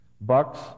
bucks